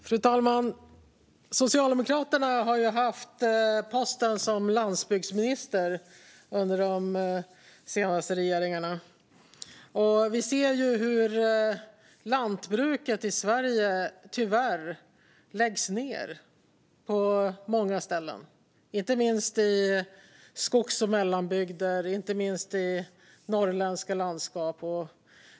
Fru talman! Socialdemokraterna har haft posten som landsbygdsminister i de senaste regeringarna. Och vi ser hur lantbruket i Sverige tyvärr läggs ned på många ställen, inte minst i skogs och mellanbygder och i norrländska landskap.